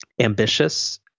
ambitious